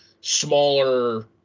smaller